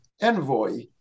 envoy